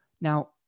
Now